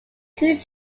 two